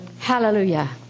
Hallelujah